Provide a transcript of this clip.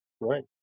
Right